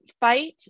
Fight